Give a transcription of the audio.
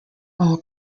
all